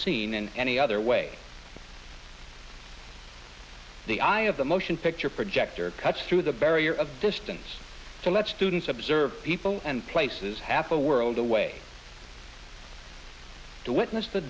seen in any other way it's the eye of the motion picture projector cuts through the barrier of distance to let students observe people and places half a world away to witness the